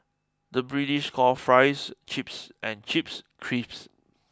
the British calls fries chips and chips crisps